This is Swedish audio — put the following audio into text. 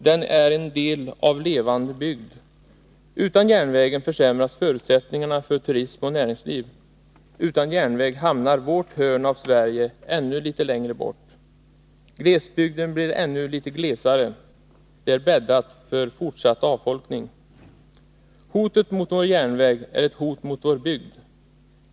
Den är en del av levande bygd. Utan järnvägen försämras förutsättningarna för turism och näringsliv. Utan järnväg hamnar vårt hörn av Sverige ännu lite längre bort. Glesbygden blir ännu lite glesare. Det är bäddat för fortsatt avfolkning. Hotet mot vår järnväg är ett hot mot vår bygd.